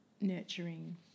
nurturing